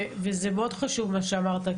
וזה מאוד חשוב מה שאמרת.